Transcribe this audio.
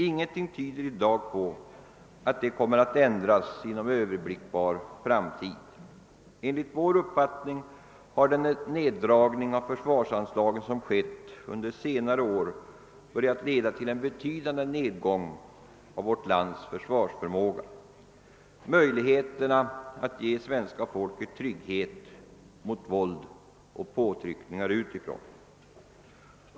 Ingenting tyder i dag på att detta kommer att ändras inom överblickbar framtid. Enligt vår uppfattning har den neddragning av försvarsanslagen som skett under senare år börjat leda till en betydande nedgång i vårt lands försvarsförmåga, d. v. s. möjligheterna att ge svenska folket trygghet mot våld och påtryckningar utifrån.